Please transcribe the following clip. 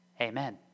Amen